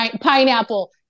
pineapple